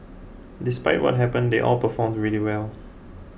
despite what happened they all performed really well